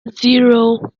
zero